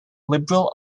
liberal